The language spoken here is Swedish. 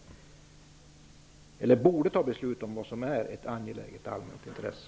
Vem borde fatta beslut om vad som är ett angeläget allmänt intresse?